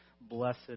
blessed